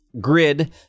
grid